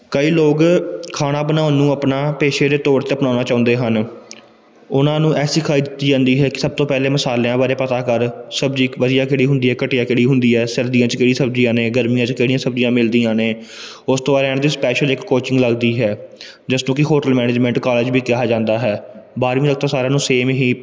ਕਈ ਲੋਕ ਖਾਣਾ ਬਣਾਉਣ ਨੂੰ ਆਪਣਾ ਪੇਸ਼ੇ ਦੇ ਤੌਰ 'ਤੇ ਅਪਣਾਉਣਾ ਚਾਹੁੰਦੇ ਹਨ ਉਹਨਾਂ ਨੂੰ ਇਹ ਸਿਖਲਾਈ ਦਿੱਤੀ ਜਾਂਦੀ ਹੈ ਕਿ ਸਭ ਤੋਂ ਪਹਿਲੇ ਮਸਾਲਿਆਂ ਬਾਰੇ ਪਤਾ ਕਰ ਸਬਜ਼ੀ ਇੱਕ ਵਧੀਆ ਕਿਹੜੀ ਹੁੰਦੀ ਹੈ ਘਟੀਆ ਕਿਹੜੀ ਹੁੰਦੀ ਹੈ ਸਰਦੀਆਂ 'ਚ ਕਿਹੜੀ ਸਬਜ਼ੀਆਂ ਨੇ ਗਰਮੀਆਂ 'ਚ ਕਿਹੜੀਆਂ ਸਬਜ਼ੀਆਂ ਮਿਲਦੀਆਂ ਨੇ ਉਸ ਤੋਂ ਬਾਅਦ ਇਹਨਾਂ ਦੀ ਸਪੈਸ਼ਲ ਇੱਕ ਕੋਚਿੰਗ ਲੱਗਦੀ ਹੈ ਜਸਟ ਉਹ ਕਿ ਹੋਟਲ ਮੈਨੇਜਮੈਂਟ ਕਾਲਜ ਵੀ ਕਿਹਾ ਜਾਂਦਾ ਹੈ ਬਾਰਵੀਂ ਤੱਕ ਤਾਂ ਸਾਰਿਆਂ ਨੂੰ ਸੇਮ ਹੀ